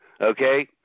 okay